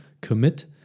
commit